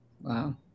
wow